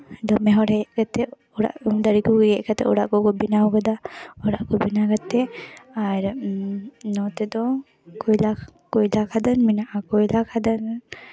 ᱫᱚᱢᱮ ᱦᱚᱲ ᱦᱮᱡ ᱠᱟᱛᱮ ᱦᱚᱲᱟᱜ ᱫᱟᱨᱮ ᱠᱚ ᱜᱮᱫ ᱠᱟᱛᱮ ᱚᱲᱟᱜ ᱠᱚᱠᱚ ᱵᱮᱱᱟᱣ ᱠᱟᱫᱟ ᱚᱲᱟᱜ ᱠᱚ ᱵᱮᱱᱟᱣ ᱠᱟᱛᱮ ᱟᱨ ᱱᱚᱛᱮ ᱫᱚ ᱠᱚᱭᱞᱟ ᱠᱚᱭᱞᱟ ᱠᱷᱟᱫᱟᱱ ᱢᱮᱱᱟᱜᱼᱟ ᱠᱚᱭᱞᱟ ᱠᱷᱟᱫᱟᱱ